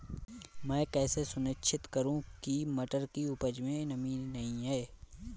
मैं कैसे सुनिश्चित करूँ की मटर की उपज में नमी नहीं है?